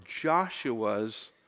Joshua's